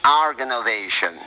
Organization